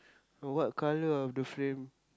what colour of the frame